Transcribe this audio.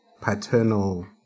paternal